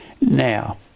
Now